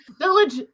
Village